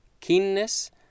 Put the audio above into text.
keenness